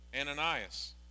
Ananias